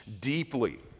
deeply